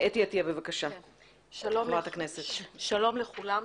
שלום לכולם.